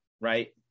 right